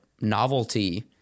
novelty